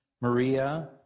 Maria